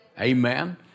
Amen